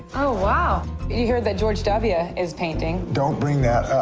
oh, wow. and you hear that george w. is painting. don't bring that